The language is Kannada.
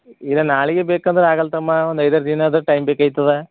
ಈಗ ನಾಳೆಗೆ ಬೇಕಂದರೆ ಆಗಲ್ತಮ್ಮ ಒಂದು ಐದಾರು ದಿನ ಆದರು ಟೈಮ್ ಬೇಕಾಯ್ತದ